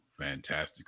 fantastic